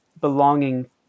Belonging